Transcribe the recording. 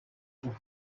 uru